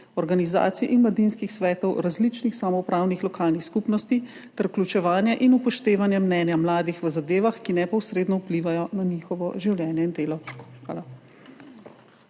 organizacij in mladinskih svetov različnih samoupravnih lokalnih skupnosti ter vključevanje in upoštevanje mnenja mladih v zadevah, ki neposredno vplivajo na njihovo življenje in delo. Hvala.